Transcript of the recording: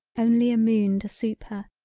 only a moon to soup her,